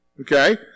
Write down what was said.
Okay